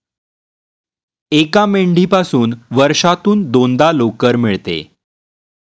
एका मेंढीपासून वर्षातून दोनदा लोकर मिळते